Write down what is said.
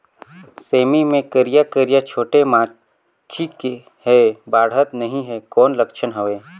सेमी मे करिया करिया छोटे माछी हे बाढ़त नहीं हे कौन लक्षण हवय?